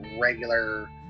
regular